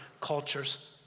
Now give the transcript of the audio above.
cultures